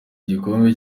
igikombe